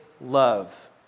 love